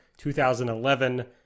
2011